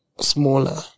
smaller